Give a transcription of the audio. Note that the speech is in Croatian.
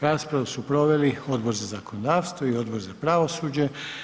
Raspravu su proveli Odbor za zakonodavstvo i Odbor za pravosuđe.